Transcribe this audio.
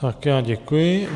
Tak já děkuji.